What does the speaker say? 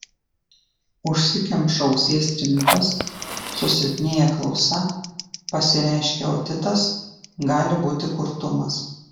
užsikemša ausies trimitas susilpnėja klausa pasireiškia otitas gali būti kurtumas